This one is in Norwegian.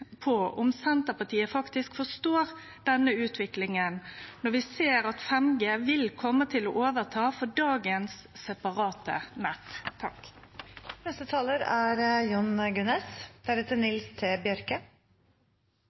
på om Senterpartiet faktisk forstår denne utviklinga, når vi ser at 5G vil kome til å overta for dagens separate